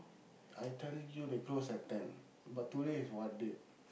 I'm telling you they close at ten but today is what date